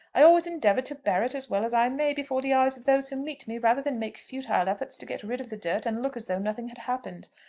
i always endeavour to bear it as well as i may before the eyes of those who meet me rather than make futile efforts to get rid of the dirt and look as though nothing had happened.